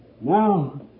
Now